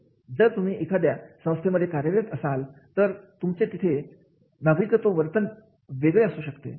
जर तुम्ही एखाद्या संस्थेमध्ये कार्यरत असाल तर तिथे तुमचे नागरिकत्व वर्तन वेगळे असू शकते